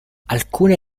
alcune